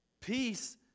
Peace